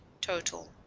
total